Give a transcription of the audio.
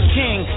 king